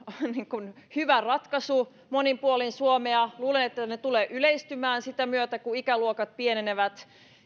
hyvä ratkaisu monin paikoin suomea ja luulen että ne tulevat yleistymään sitä myötä kun ikäluokat pienenevät